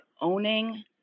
owning